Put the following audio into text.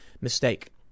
mistake